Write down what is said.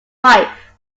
wife